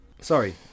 Sorry